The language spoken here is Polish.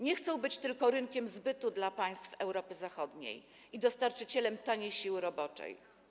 Nie chcą być tylko rynkiem zbytu dla państw Europy Zachodniej i dostarczycielem taniej siły roboczej.